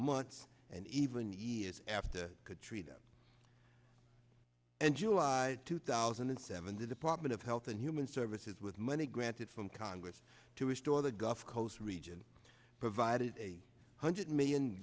months and even years after katrina and july two thousand and seven the department of health and human services with money granted from congress to restore the gulf coast region provided a hundred million